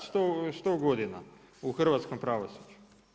Sto godina u hrvatskom pravosuđu.